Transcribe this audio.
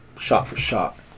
shot-for-shot